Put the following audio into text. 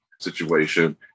situation